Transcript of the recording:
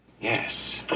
Yes